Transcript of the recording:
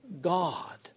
God